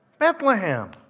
Bethlehem